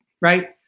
Right